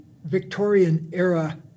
Victorian-era